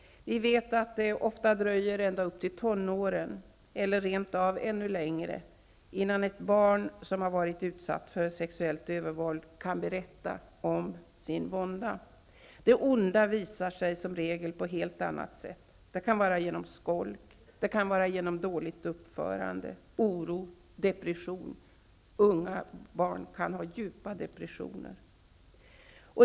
Vi vet att det ofta dröjer ända upp i tonåren eller rent av ännu längre innan ett barn som har varit utsatt för sexuellt övervåld kan berätta om sin vånda. Det onda visar sig som regel på ett helt annat sätt. Det kan vara genom skolk, dåligt uppförande, oro, depression eller liknande. Små barn kan ha djupa depressioner.